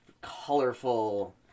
colorful